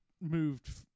moved